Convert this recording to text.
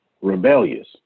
rebellious